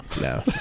no